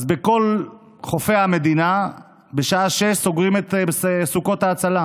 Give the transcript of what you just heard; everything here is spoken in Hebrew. אז בכל חופי המדינה בשעה 18:00 סוגרים את סוכות ההצלה,